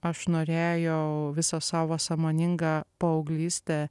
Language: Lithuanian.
aš norėjau visą savo sąmoningą paauglystę